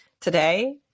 today